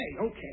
okay